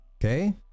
okay